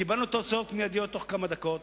קיבלנו תוצאות מיידיות בתוך כמה דקות.